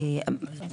כן,